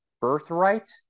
Birthright